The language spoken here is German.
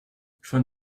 von